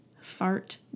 fart